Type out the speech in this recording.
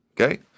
Okay